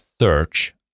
search